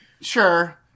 Sure